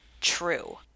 true